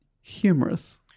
humorous